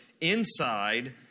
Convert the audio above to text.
inside